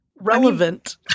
relevant